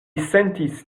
sentis